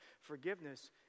Forgiveness